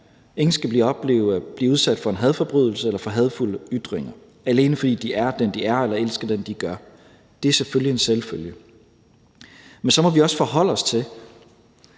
opleve at blive udsat for en hadforbrydelse eller for hadefulde ytringer, alene fordi de er den, de er, eller elsker den, de gør. Det er naturligvis en selvfølge. Men så må vi også forholde os til,